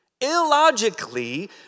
Illogically